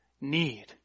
need